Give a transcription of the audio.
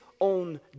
own